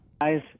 Guys